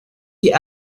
die